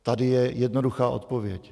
Tady je jednoduchá odpověď.